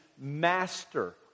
master